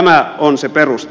tämä on se perusta